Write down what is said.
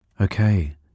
Okay